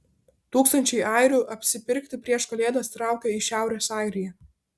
tūkstančiai airių apsipirkti prieš kalėdas traukia į šiaurės airiją